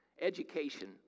Education